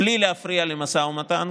בלי להפריע למשא ומתן,